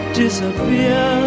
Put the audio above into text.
disappear